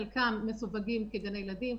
חלקם מסווגים כגני ילדים,